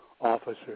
Officer